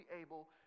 able